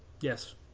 Yes